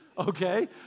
Okay